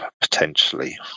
potentially